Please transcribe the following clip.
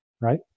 right